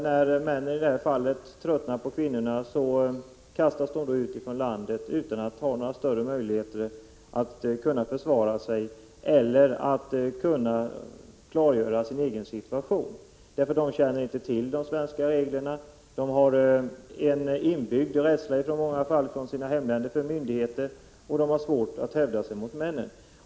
När männen sedan tröttnar på kvinnorna, kastas dessa ut från landet utan att ha några större möjligheter att försvara sig eller klargöra sin egen situation. De känner inte till de svenska reglerna, de har i många fall från sina hemländer en inbyggd rädsla för myndigheter, och de har svårt att hävda sig mot männen.